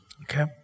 Okay